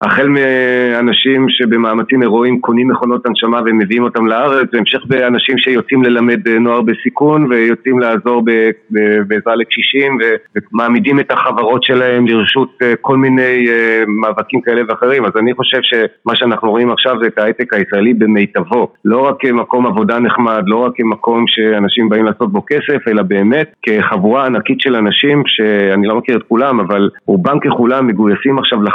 החל מאנשים שבמאמצים הירואים קונים מכונות הנשמה ומביאים אותם לארץ, והמשך באנשים שיוצאים ללמד נוער בסיכון, ויוצאים לעזור בעזרה לקשישים, ומעמידים את החברות שלהם לרשות כל מיני מאבקים כאלה ואחרים. אז אני חושב שמה שאנחנו רואים עכשיו זה את ההייטק הישראלי במיטבו לא רק כמקום עבודה נחמד, לא רק כמקום שאנשים באים לעשות בו כסף, אלא באמת כחבורה ענקית של אנשים שאני לא מכיר את כולם אבל רובם ככולם מגוייסים עכשיו לחיים